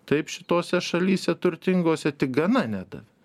taip šitose šalyse turtingose tik gana nedavė